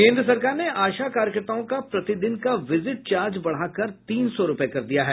केन्द्र सरकार ने आशा कार्यकर्ताओं का प्रतिदिन का विजिट चार्ज बढ़ाकर तीन सौ रूपये कर दिया है